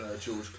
George